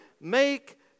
make